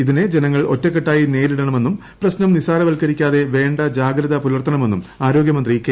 ഇതിനെതിരെ ജനങ്ങൾ ഒറ്റക്കെട്ടായി നേരിടണമെന്നും പ്രശ്നം നിസ്സാരവത്കരിക്കാതെ വേണ്ട ജാഗ്രത പുലർത്തണമെന്നും ആരോഗ്യമന്ത്രി കെ